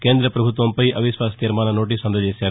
కేంద పభుత్వంపై అవిశ్వాస తీర్మాన నోటీసు అందజేశారు